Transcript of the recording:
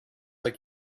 like